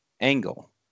angle